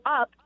up